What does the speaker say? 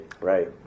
Right